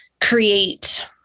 create